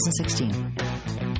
2016